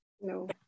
No